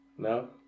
No